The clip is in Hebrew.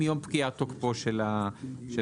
מיום פקיעת תוקפו של הפטור.